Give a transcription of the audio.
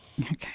Okay